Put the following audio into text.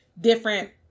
different